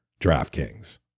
DraftKings